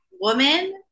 woman